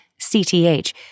CTH